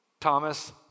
Thomas